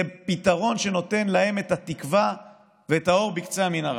זה פתרון שנותן להם את התקווה ואת האור בקצה המנהרה.